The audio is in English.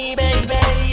baby